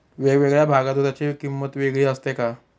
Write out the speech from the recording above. वेगवेगळ्या भागात दूधाची किंमत वेगळी असते का?